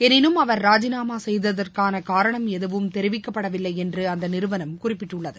எனினும் அவர் ராஜினாமா செய்ததற்கான காரணம் எதுவும் தெரிவிக்கப்படவில்லை என்று அந்த செய்தி நிறுவனம் குறிப்பிட்டுள்ளது